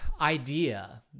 idea